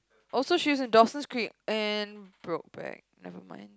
also she's in Dawson's Creek and Brokeback never mind